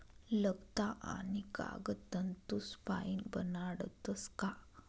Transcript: लगदा आणि कागद तंतूसपाईन बनाडतस का